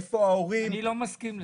איפה ההורים -- אני לא מסכים לזה.